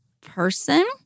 person